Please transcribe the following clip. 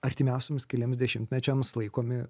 artimiausiems keliems dešimtmečiams laikomi